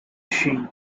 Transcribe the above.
sheen